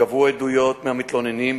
גבו עדויות מהמתלוננים,